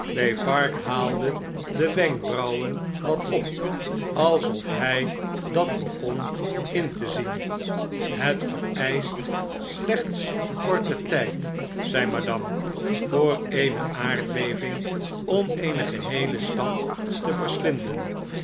defarge haalde de wenkbrauwen wat op alsof hi dat begon in te zien het vereischt slechts korten tjjd zei madame voor eene aardbeving om eenegeheele stad te verslinden